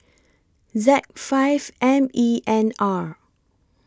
Z five M E N R